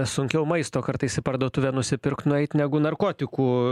sunkiau maisto kartais į parduotuvę nusipirkt nueit negu narkotikų